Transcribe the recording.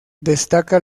destaca